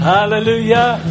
Hallelujah